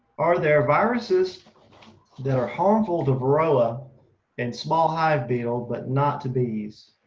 are there viruses that are harmful to varroa and small hive beetle, but not to bees?